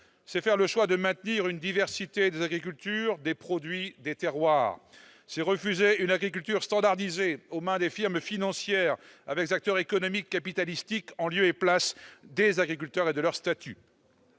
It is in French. c'est faire le choix de maintenir une diversité des agricultures, des produits, des terroirs. C'est refuser une agriculture standardisée aux mains des firmes financières, avec des acteurs économiques capitalistiques en lieu et place des agriculteurs et de leur statut.